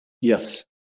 Yes